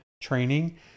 training